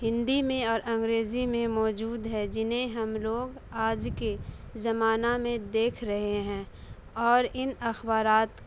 ہندی میں اور انگریزی میں موجود ہے جنہیں ہم لوگ آج کے زمانہ میں دیکھ رہے ہیں اور ان اخبارات کا